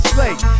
Slate